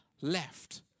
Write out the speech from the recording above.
left